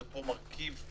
הם היו מידיים כי